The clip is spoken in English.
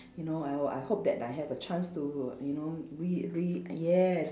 you know I will I hope that I have a chance to you know re~ re~ yes